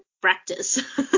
practice